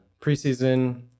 preseason